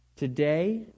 Today